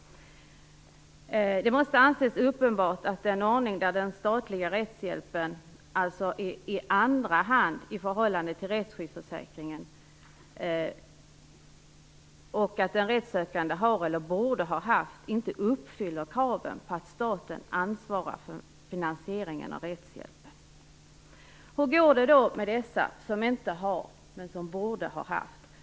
Det måste anses uppenbart att en ordning där den statliga rättshjälpen kommer i andra hand i förhållande till rättsskyddsförsäkringen och som bygger på att den rättssökande har eller borde ha haft en sådan försäkring inte uppfyller kraven på att staten ansvarar för finansieringen av rättshjälpen. Hur går det då med dem som inte har men som borde ha haft?